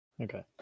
okay